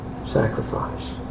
sacrifice